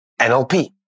NLP